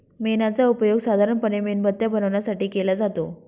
मेणाचा उपयोग साधारणपणे मेणबत्त्या बनवण्यासाठी केला जातो